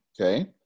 okay